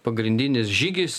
pagrindinis žygis